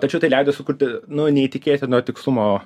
tačiau tai leido sukurti nu neįtikėtino tikslumo